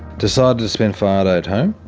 decided to spend friday at home